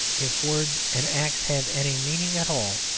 if words and acts have any meaning at all,